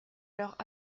alors